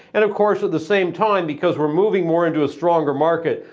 and of course at the same time, because we're moving more into a stronger market,